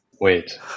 Wait